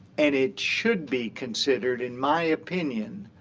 and it should be considered, in my opinion,